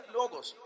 Logos